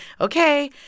okay